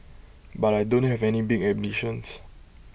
but I don't have any big ambitions